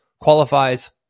qualifies